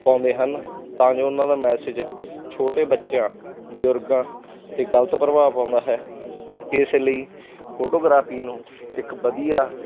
ਪਾਉਂਦੇ ਹਨ ਤਾਂ ਜੋ ਉਹਨਾਂ ਦਾ ਮੈਸੇਜ ਛੋਟੇ ਬੱਚਿਆਂ ਬਜ਼ੁਰਗਾਂ 'ਤੇ ਗਲਤ ਪ੍ਰਭਾਵ ਪਾਉਂਦਾ ਹੈ ਇਸ ਲਈ ਫੋਟੋਗ੍ਰਾਫੀ ਨੂੰ ਇੱਕ ਵਧੀਆ